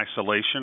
isolation